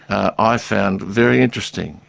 i found very interesting,